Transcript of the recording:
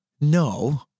no